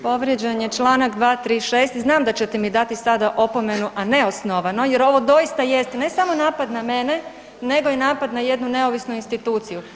Povrijeđen je članak 236., znam da ćete mi dati sada opomenu, a neosnovano jer ovo doista jest ne samo napad na mene, nego i napad na jednu neovisnu instituciju.